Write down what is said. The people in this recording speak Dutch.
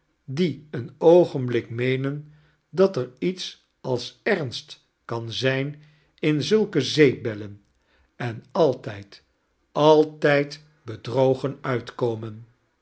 die een oogenblik meenen dat er iets als ernst kan zijn in zulke zeepbellen en alitijd altijd bedrogen uitkomen